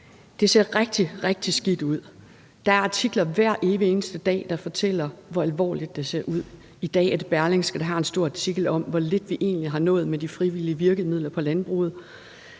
rigtig, rigtig skidt ud, og der er artikler hver evig eneste dag, der fortæller, hvor alvorligt det ser ud. I dag er det Berlingske, der har en stor artikel om, hvor lidt vi egentlig har nået med de frivillige virkemidler på landbruget.